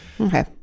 Okay